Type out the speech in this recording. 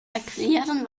erklären